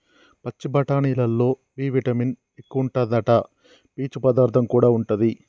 పచ్చి బఠానీలల్లో B vitamin ఎక్కువుంటాదట, పీచు పదార్థం కూడా ఉంటది